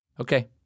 Okay